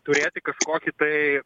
turėti kažkokį tai